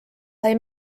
sai